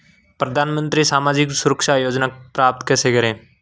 प्रधानमंत्री सामाजिक सुरक्षा योजना प्राप्त कैसे करें?